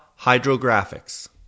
Hydrographics